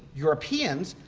europeans,